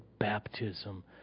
Baptism